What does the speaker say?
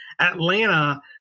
Atlanta